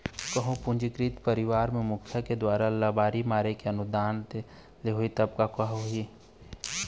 कहूँ पंजीकृत परवार के मुखिया के दुवारा लबारी मार के अनुदान ले होही तब का होही?